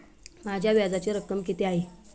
माझ्या व्याजाची रक्कम किती आहे?